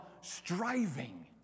striving